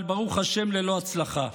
אבל ברוך השם ללא הצלחה.